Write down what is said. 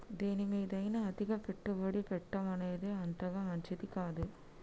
దేనిమీదైనా అతిగా పెట్టుబడి పెట్టడమనేది అంతగా మంచిది కాదు